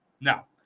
Now